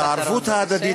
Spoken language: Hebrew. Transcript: את הערבות ההדדית,